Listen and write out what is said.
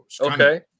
Okay